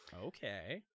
Okay